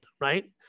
right